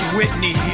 Whitney